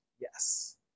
yes